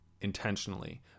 intentionally